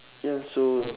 ya so